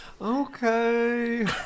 Okay